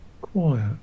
quiet